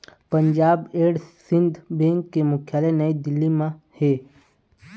Punjab and Sind bank के मुख्यालय नई दिल्ली म हे